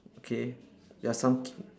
okay there are some ki~